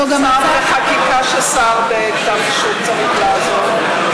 זו גם, וחקיקה ששר, שהוא צריך לעזוב.